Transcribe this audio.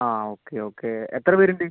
ആ okay okay എത്ര പേരുണ്ട്